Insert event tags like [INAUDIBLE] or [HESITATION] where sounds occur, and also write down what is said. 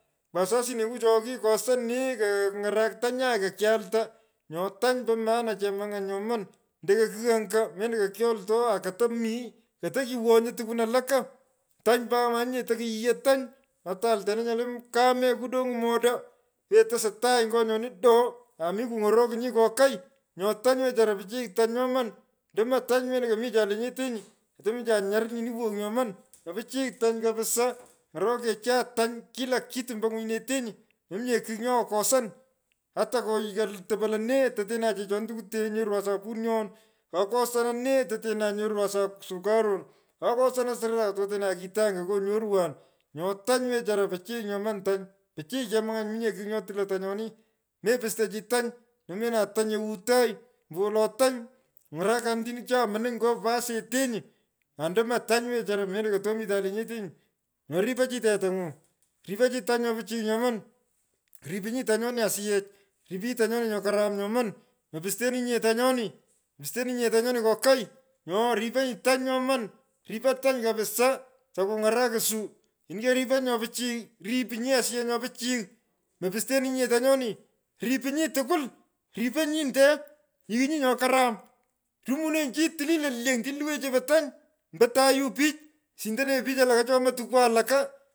Wasasineko choko kikosan nee. keny’arak tanyai kokyalta. Nyo tany po maana chemuny’any nyoman. ndomo kigh anya mendo ko kyoltoy aa koto mi. koto kiwonyi tukwun walaka. Tany pat. manyi tokuyiyoo tany. poto altena nyole kumee kudony’o moda. ketosoi. Nyo tany wechara. pichiy tany nyoman. ndomo tany mendo komicha lenyentenyi. kotomicha nyaril nyini wow nyoman. nyo pichiy tany kapsa. Ng’orokecha tany kila kiyu ombo ngwinyinetenyi. mominye kigh nyo kokosan, ata koighan topo lene. ototenan chechono tukwutee. nyorwan sapunion. kakosana nee. otatenan anyorwan sup [HESITATION] sukarun. kukosonan sra. totonan kito anya kyonyorwan. nyo tany wechara pichiy nyoman tanypichiy chemanyany mominye kigh nyo tilai tanyoni. Mepusto chi tany numena tany yeu tagh. ombowolo tany. ny’arukanin otini cha munony nyo osetenyi. Andomo tany wechara mendo kotomitan lenyetenyi. Nyo ripo chi tetang’u. Ripo chi tany nyo pichiy nyoman. ripinyi tanyoni asiyech. riponyi tanyoni nyo karam nyoman mopusteninyinye tanyoni kokai. nyo riponyi tany nyoman. ripo rany kapisa takuny; arukin suu. nyini keriponyi nyo pichiy. ripinyi asiyech nyo pichiy. mopusteninyinye tunyoni. ripinyi tokwul. ripo nyinde ighiny. nbyi karam. Rumunenyi. chinyi tili lo lyony stini luwenyi chepo tany. ombo tayo pich. sindonenyi pich walaka cho yomey tuku walaka.